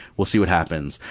we'll see what happens.